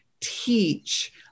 teach